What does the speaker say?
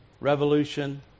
revolution